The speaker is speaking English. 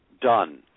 done